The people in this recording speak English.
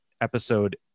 episode